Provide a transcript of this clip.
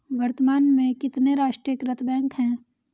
वर्तमान में कितने राष्ट्रीयकृत बैंक है?